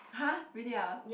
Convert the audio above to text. [huh] really ah